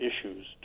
issues